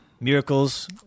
Miracles